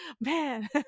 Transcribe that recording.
man